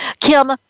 Kim